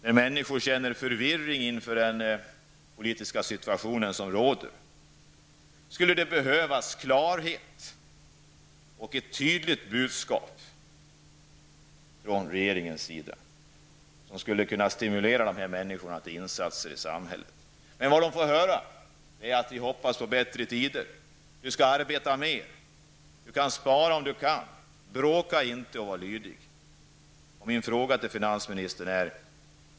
När människor känner förvirring inför den politiska situationen, skulle det behövas klarhet och ett tydligt budskap från regeringen, ett budskap som skulle kunna stimulera människorna till insatser i samhället. Men vad de får höra är att vi hoppas på bättre tider. Du skall arbeta mer, du skall spara om du kan, bråka inte utan var lydig!